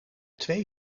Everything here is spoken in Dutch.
twee